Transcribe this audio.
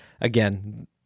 again